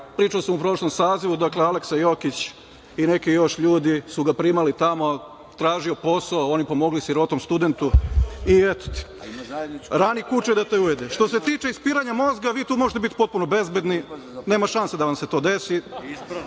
pričao sam u prošlom sazivu, Aleksa Jokić i neki još ljudi su ga primali tamo, tražio je posao, oni pomogli sirotom studentu i eto ti. Rani kuče da te ujede. Što ste tiče ispiranja mozga, vi tu možete biti potpuno bezbedni, nema šanse da vam se to desi. Sa